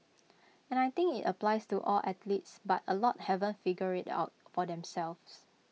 and I think IT applies to all athletes but A lot haven't figured IT out for themselves